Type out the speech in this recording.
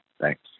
Thanks